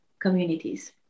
communities